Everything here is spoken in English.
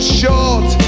short